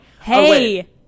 hey